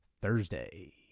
Thursday